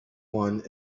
one